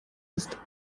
ist